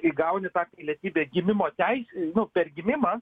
įgauni tą pilietybę gimimo teise nu per gynimą